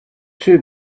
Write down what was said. too